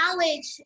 college